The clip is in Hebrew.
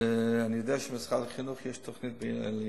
ואני יודע שלמשרד החינוך יש תוכנית לילדים.